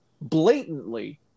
blatantly